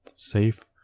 save,